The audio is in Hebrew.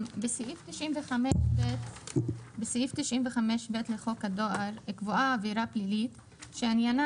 בסעיף 95(ב) לחוק הדואר קבועה עבירה פלילית שעניינה